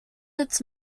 its